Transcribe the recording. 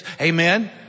Amen